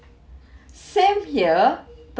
same here